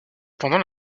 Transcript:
pendant